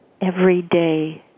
everyday